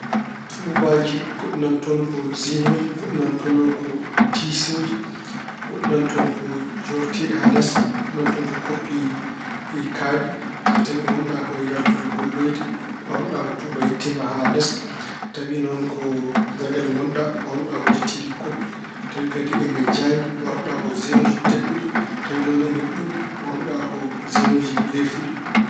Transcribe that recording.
Tuubaaji goɗɗi nana toon ko jinuuji. Goɗɗi nana toon ko tisuuji. Goɗɗi nana toon ko joortiiɗi haa les. Goɗɗi nana toon ko koppi kaaɗi. So tawi ngonɗa ko e yaltude golloyde, ɓoornotoɗa ko tuuba yettiimba haa les. Tawi noon ko galle ngonɗa, ɓoornotoɗa ko jettiiɗi koppi. Tawi kadi ina jaangi ɓoornotoɗa ko jinuuji tekkuɗi. Tawa noon ine ɓuubi, ɓoornotoɗa ko jinuuji leefuɗi.